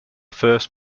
first